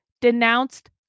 denounced